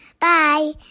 Bye